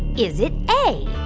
is it a,